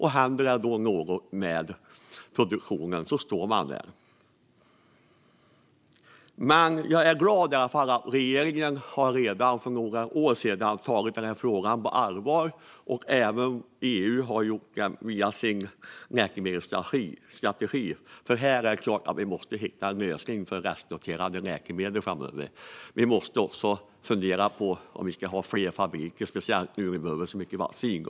Händer det något med produktionen, då står man där. Jag är i alla fall glad att regeringen tar frågan på allvar sedan flera år tillbaka och att även EU gör det via sin läkemedelsstrategi, för vi måste hitta en lösning på problemet med restnoterade läkemedel. Vi måste också fundera på om vi ska ha fler fabriker, särskilt nu när vi behöver så mycket vaccin.